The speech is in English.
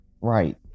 Right